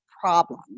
problem